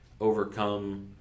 overcome